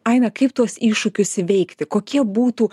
aine kaip tuos iššūkius įveikti kokie būtų